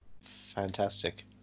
fantastic